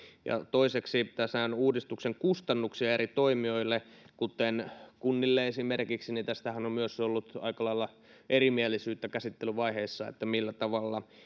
toiseksi tässähän uudistuksen kustannuksista eri toimijoille kuten kunnille esimerkiksi on ollut aika lailla erimielisyyttä käsittelyvaiheessa siitä millä tavalla